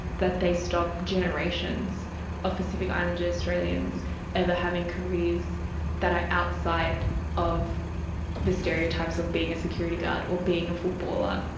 that they stop generations of pacific islander australians ever having careers that are outside of the stereotypes of being a security guard or being a footballer.